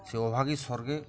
সে অভাগীর স্বর্গে